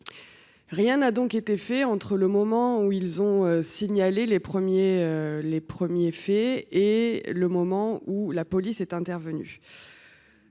Rien n’a donc été fait entre le moment où ils ont signalé les premiers faits et le moment où la police a agi.